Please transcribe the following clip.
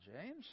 James